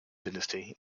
dynasty